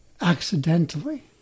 accidentally